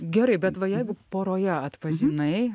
gerai bet va jeigu poroje atpažinai